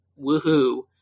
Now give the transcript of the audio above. Woohoo